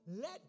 Let